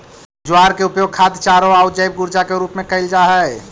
ज्वार के उपयोग खाद्य चारों आउ जैव ऊर्जा के रूप में कयल जा हई